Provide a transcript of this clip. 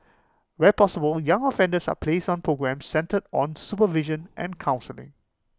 where possible young offenders are placed on programmes centred on supervision and counselling